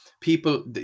people